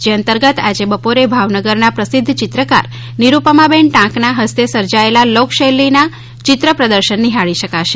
જે અંતર્ગત આજે બપોરે ભાવનગરના પ્રસિધ્ધ્ય ચિત્રકાર નિરૂપમાબેન ટાંકના હસ્તે સર્જાયેલા લોકશૈલીના ચિત્રપ્રદર્શન નિહાળી શકાશે